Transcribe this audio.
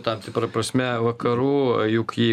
tam tikra prasme vakarų juk jei